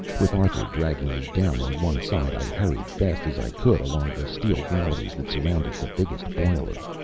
with arthur dragging me down on one side, i hurried, fast as i could, along the steel galleries that surrounded the biggest boiler.